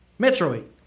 Metroid